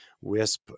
wisp